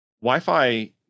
Wi-Fi